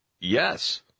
yes